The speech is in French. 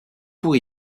pour